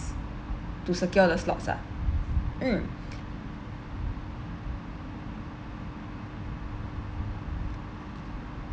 to secure the slots ah mm